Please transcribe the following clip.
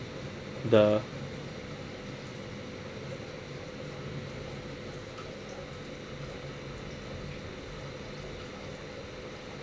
the